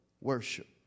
worship